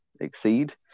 exceed